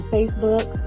Facebook